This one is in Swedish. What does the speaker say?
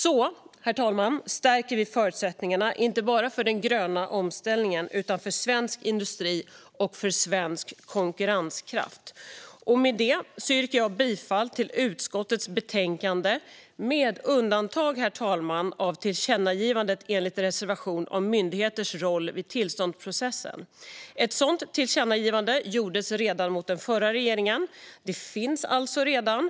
Så, herr talman, stärker vi förutsättningarna inte bara för den gröna omställningen utan för svensk industri och svensk konkurrenskraft. Med detta yrkar jag bifall till utskottets förslag, med undantag av tillkännagivandet enligt reservationen om myndigheters roll vid tillståndsprocesser. Ett sådant tillkännagivande gjordes redan till den förra regeringen och finns alltså redan.